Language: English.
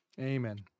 amen